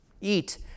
eat